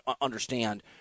understand